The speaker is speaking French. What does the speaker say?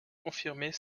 confirmer